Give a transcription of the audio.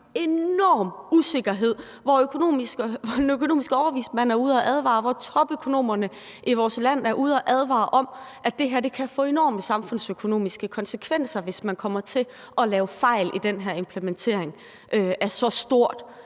enorm usikkerhed, og den økonomiske overvismand er ude at advare om og topøkonomerne i vores land er ude at advare om, at det her kan få enorme samfundsøkonomiske konsekvenser, hvis man kommer til at lave fejl i den her implementering af så stort